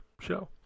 show